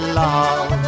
love